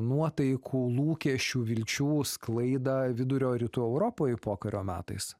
nuotaikų lūkesčių vilčių sklaidą vidurio rytų europoj pokario metais